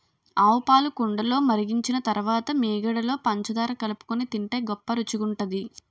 ఆవుపాలు కుండలో మరిగించిన తరువాత మీగడలో పంచదార కలుపుకొని తింటే గొప్ప రుచిగుంటది